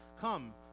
come